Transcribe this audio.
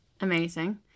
amazing